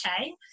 okay